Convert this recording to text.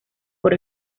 por